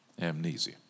amnesia